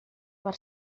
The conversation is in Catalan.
per